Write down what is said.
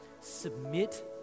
submit